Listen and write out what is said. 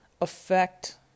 affect